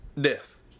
Death